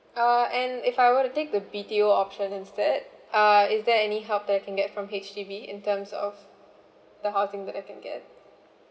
uh and if I were to take the B_T_O option instead uh is there any help that I can get from H_D_B in terms of the housing that I can get